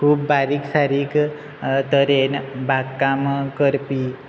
खूब बारीक सारीक तरेन बाग काम करपी